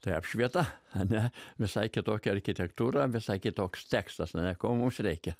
tai apšvieta ar ne visai kitokia architektūra visai kitoks tekstas na ko mums reikia